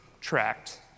tracked